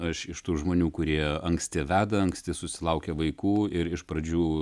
aš iš tų žmonių kurie anksti veda anksti susilaukia vaikų ir iš pradžių